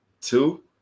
Two